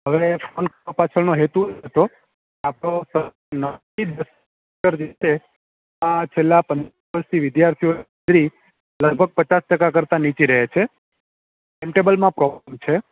હવે કપાસિયા નો હેતુ હતો આપણો રીતે આ છેલ્લાં પંદર દિવસથી વિદ્યાર્થીઓની હાજરી લગભગ પચાસ ટકા કરતાં નીચે રહે છે ટાઇમ ટેબલ માં પ્રોબ્લેમ છે